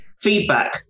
feedback